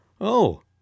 Oh